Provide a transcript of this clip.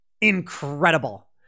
Incredible